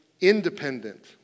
independent